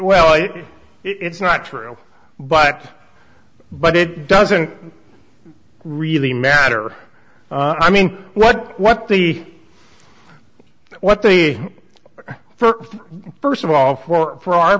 well it's not true but but it doesn't really matter i mean what what the what the for st of all for for our